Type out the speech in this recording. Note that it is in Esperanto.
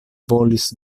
volis